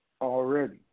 already